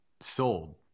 sold